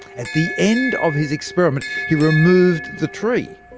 at the end of his experiment, he removed the tree.